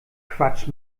quatsch